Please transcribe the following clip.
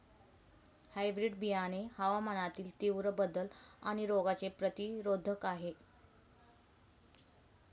hybrid बियाणे हवामानातील तीव्र बदल आणि रोगांचे प्रतिरोधक आहे